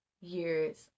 years